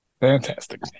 fantastic